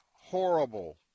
horrible